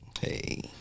Hey